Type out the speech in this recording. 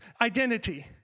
identity